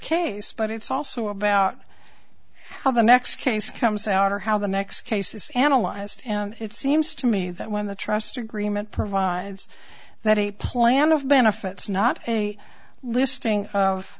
case but it's also about how the next case comes out or how the next case is analyzed and it seems to me that when the trust agreement provides that a plan of benefits not a listing of